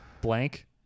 blank